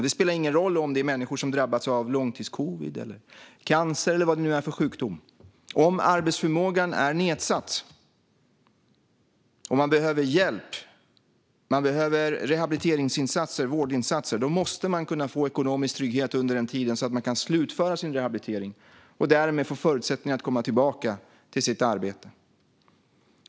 Det spelar ingen roll om det är människor som har drabbats av långtidscovid eller cancer eller vad det är för sjukdom. Om arbetsförmågan är nedsatt, om man behöver hjälp, rehabiliteringsinsatser och vårdinsatser, måste man ha en ekonomisk trygghet under den tiden så att man kan slutföra sin rehabilitering och därmed få förutsättningar att komma tillbaka till sitt arbete.